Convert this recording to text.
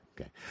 Okay